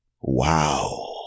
Wow